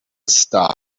star